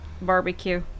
Barbecue